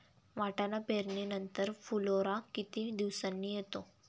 वाटाणा पेरणी नंतर फुलोरा किती दिवसांनी येतो?